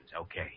Okay